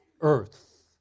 earth